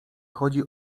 chodzi